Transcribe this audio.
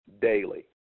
daily